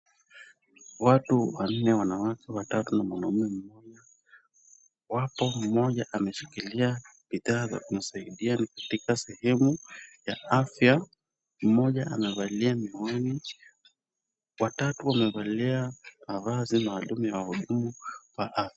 Watu watatu, wanawake watatu na mwanamme mmoja Wapo mmoja ameshikilia bidhaa za kumsaidia katika sehemu ya afya, mmoja amevalia miwani, watatu wamevalia mavazi maalum ya wahudumu wa afya.